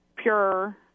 pure